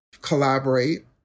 collaborate